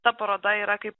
ta paroda yra kaip